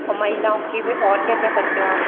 महिलाओं के बे और क्या क्या करते हो आप